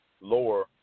lower